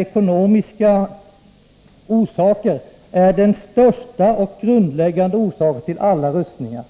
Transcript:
kampen om resurserna att den är ”den största och grundläggande orsaken till alla rustningar”.